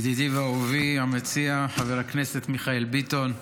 ידידי ואהובי המציע, חבר הכנסת מיכאל ביטון,